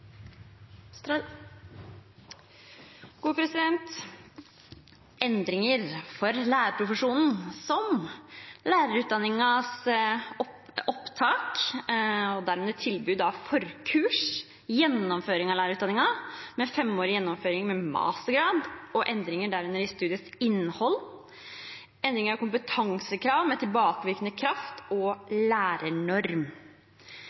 Endringer for lærerprofesjonen, som lærerutdanningens opptak og dermed tilbud om forkurs, gjennomføring av lærerutdanningen med femårig gjennomføring med mastergrad og endringer derunder i studiets innhold, endringer av kompetansekrav med tilbakevirkende kraft